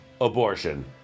abortion